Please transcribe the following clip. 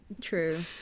true